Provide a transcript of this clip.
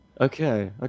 okay